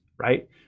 right